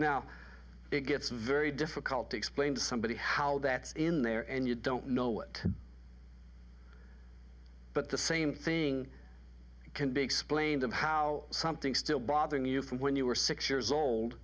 now it gets very difficult to explain to somebody how that's in there and you don't know it but the same thing can be explained of how something still bothering you from when you were six years old